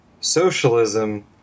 socialism